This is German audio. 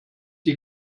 die